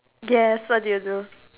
yes what do you do